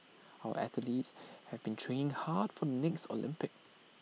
our athletes have been training hard from next Olympics